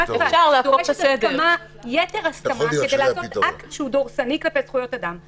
-- דורשת יתר הסכמה כדי לעשות אקט שהוא דורסני כלפי זכויות אדם.